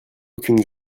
aucune